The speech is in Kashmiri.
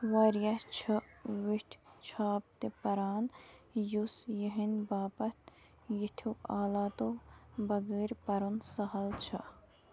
واریٛاہ چھِ ویٹھ چھاپ تہِ پران، یُس یِہنٛدِ باپتھ یِتھیو آلاتو بغٲر پرُن سَہَل چھُ